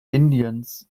indiens